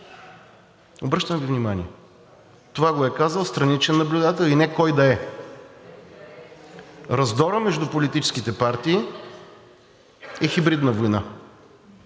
Обръщам Ви внимание. Това го е казал страничен наблюдател, и не кой да е! Раздорът между политическите партии е хибридна война.